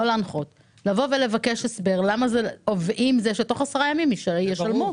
לא להנחות לבקש הסבר עם זה שתוך 10 ימים ישלמו.